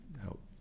help